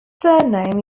surname